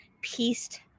pieced